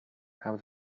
how